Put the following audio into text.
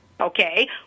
Okay